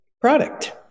product